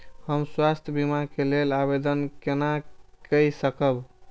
हम स्वास्थ्य बीमा के लेल आवेदन केना कै सकब?